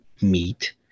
meat